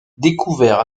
découvert